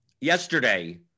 Yesterday